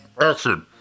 Action